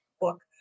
book